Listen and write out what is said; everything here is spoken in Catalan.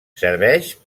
serveix